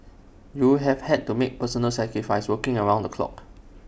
you have had to make personal sacrifices working around the clock